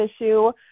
issue